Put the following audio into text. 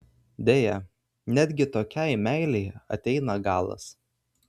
deja netgi tokiai meilei ateina galas